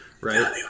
right